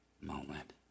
moment